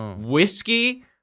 whiskey